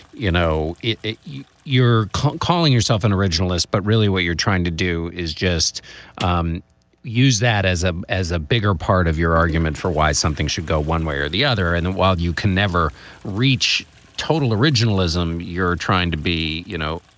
you know, it it you're calling yourself an originalist. but really, what you're trying to do is just um use that as a as a bigger part of your argument for why something should go one way or the other in and the wild. you can never reach total originalism. you're trying to be, you know,